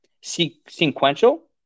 sequential